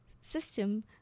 system